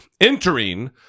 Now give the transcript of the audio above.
entering